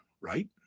right